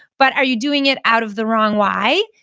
but are you doing it out of the wrong why?